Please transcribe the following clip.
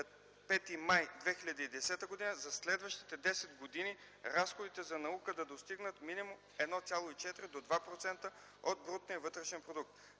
5 май 2010 г. за следващите десет години разходите за наука да достигнат минимум - 1,4 до 2 процента от брутния вътрешен продукт.